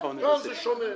כאן זה שונה.